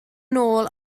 nôl